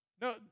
No